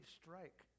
strike